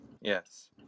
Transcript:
Yes